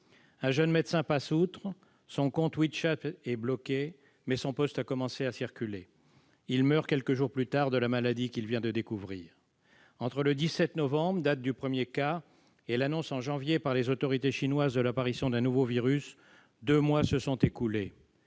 Un jeune médecin passe outre ; son compte WeChat est bloqué, mais son post a commencé à circuler. Il meurt quelques jours plus tard de la maladie qu'il vient de découvrir. Entre le 17 novembre, date de l'apparition du premier cas, et l'annonce en janvier par les autorités chinoises de l'émergence d'un nouveau virus, deux mois se sont écoulés.